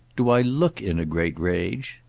do i look in a great rage?